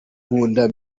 nkunda